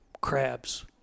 crabs